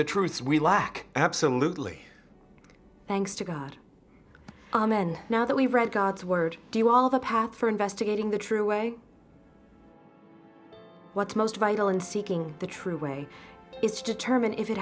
the truths we lack absolutely thanks to god amen now that we read god's word do all the path for investigating the true way what's most vital in seeking the true way is determine if it